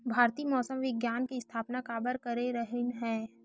भारती मौसम विज्ञान के स्थापना काबर करे रहीन है?